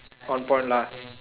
on point lah